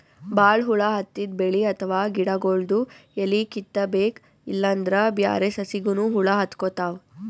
ಭಾಳ್ ಹುಳ ಹತ್ತಿದ್ ಬೆಳಿ ಅಥವಾ ಗಿಡಗೊಳ್ದು ಎಲಿ ಕಿತ್ತಬೇಕ್ ಇಲ್ಲಂದ್ರ ಬ್ಯಾರೆ ಸಸಿಗನೂ ಹುಳ ಹತ್ಕೊತಾವ್